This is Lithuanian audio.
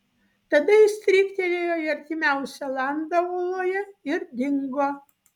tada jis stryktelėjo į artimiausią landą uoloje ir dingo